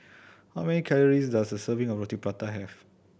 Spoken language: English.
how many calories does a serving of Roti Prata have